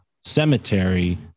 cemetery